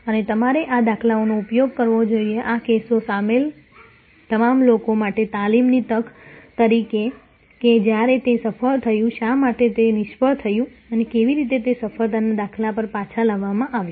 અને તમારે આ દાખલાઓનો ઉપયોગ કરવો જોઈએ આ કેસો સામેલ તમામ લોકો માટે તાલીમની તક તરીકે છે કે જ્યારે તે સફળ થયું શા માટે તે નિષ્ફળ થયું અને તેને કેવી રીતે સફળતાના દાખલા પર પાછા લાવવામાં આવ્યું